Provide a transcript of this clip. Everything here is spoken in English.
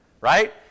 right